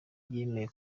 yemeye